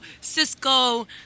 Cisco